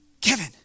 Kevin